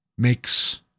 makes